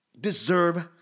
deserve